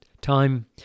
time